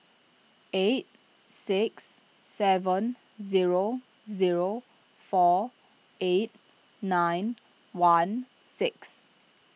eight six seven zero zero four eight nine one six